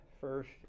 first